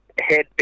head